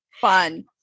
Fun